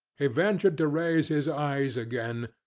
he ventured to raise his eyes again,